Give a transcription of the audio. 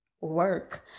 work